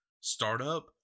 startup